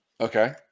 Okay